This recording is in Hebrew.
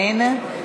אין.